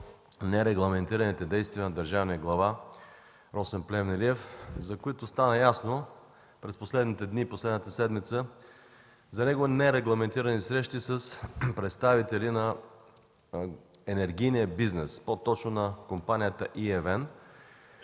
нерегламентираните действия на държавния глава Росен Плевнелиев, за които стана ясно през последните дни и последната седмица – негови нерегламентирани срещи с представители на енергийния бизнес, по-точно от компанията ЕВН,